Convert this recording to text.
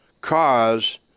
cause